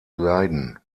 leiden